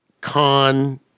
con